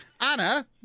Anna